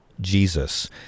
Jesus